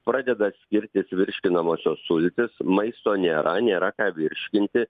pradeda skirtis virškinamosios sultys maisto nėra nėra ką virškinti